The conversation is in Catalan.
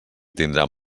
tindran